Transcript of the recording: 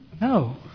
No